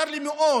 צר לי מאוד